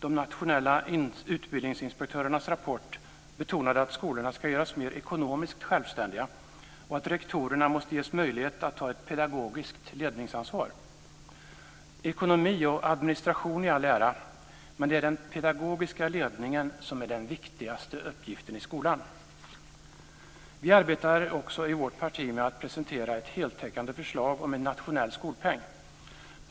De nationella utbildningsinspektörernas rapport betonade att skolorna ska göras mer ekonomiskt självständiga och att rektorerna måste ges möjlighet att ta ett pedagogiskt ledningsansvar. Ekonomi och administration i all ära, men det är den pedagogiska ledningen som är den viktigaste uppgiften i skolan. I vårt parti arbetar vi också med att presentera ett heltäckande förslag om en nationell skolpeng.